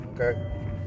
okay